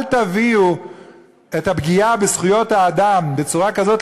אל תביאו את הפגיעה בזכויות האדם בצורה כזאת,